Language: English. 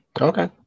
Okay